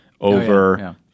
over